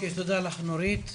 תודה לך, נורית.